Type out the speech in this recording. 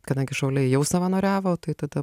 kadangi šauliai jau savanoriavo tai tada